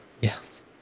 Yes